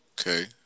Okay